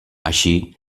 així